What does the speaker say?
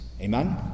Amen